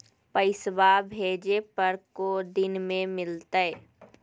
पैसवा भेजे पर को दिन मे मिलतय?